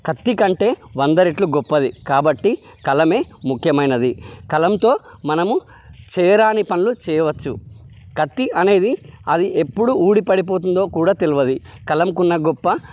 కత్తి కంటే వందరెట్లు గొప్పది కాబట్టి కలం ముఖ్యమైనది కలంతో మనము చేయరాని పనులు చేయవచ్చు కత్తి అనేది అది ఎప్పుడు ఊడి పడిపోతుందో కూడా తెలువదు కలంకు ఉన్న గొప్ప